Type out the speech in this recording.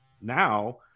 now